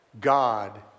God